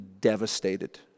devastated